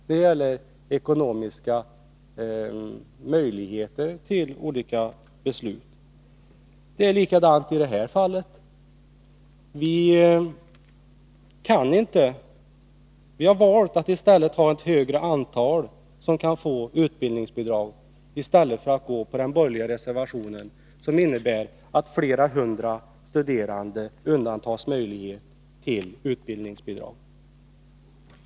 Det är likadant i detta fall. Vi har valt att ge ett större antal studerande utbildningsbidrag i stället för att gå på den borgerliga reservationen, som innebär att flera hundra studerande undantas möjligheten till utbildningsbidrag. Herr talman! Jag ber att få yrka bifall till reservationerna 16, 23 och 26.